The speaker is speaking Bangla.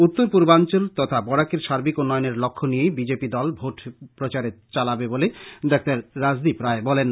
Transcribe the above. উত্তরপূর্বাঞ্চল তথা বরাকের সার্বিক উন্নয়নের লক্ষ্যে নিয়েই বিজেপি দল ভোট প্রচার চালাবে বলে ডঃ রাজদীপ রায় বলেন